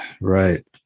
Right